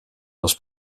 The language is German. aus